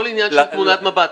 הכל עניין של תמונת מבט.